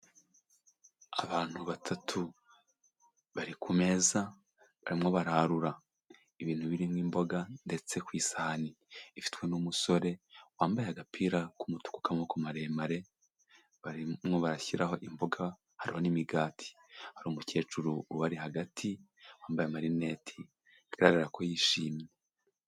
Abantu batatu bari ku meza barimo bararura, ibintu birimo imboga ndetse ku isahani ifitwe n'umusore wambaye agapira k'umutuku k'amaboko maremare, barimo barashyiraho imboga, hariho n'imigati, hari umukecuru ubari hagati wambaye amarineti, bigaragara ko yishimye.